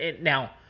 Now